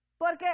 Porque